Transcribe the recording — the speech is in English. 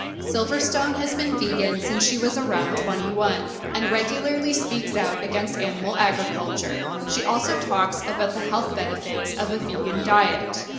silverstone has been vegan since she was around twenty one and regularly speaks out against animal agriculture. she also talks about the health benefits of a vegan diet.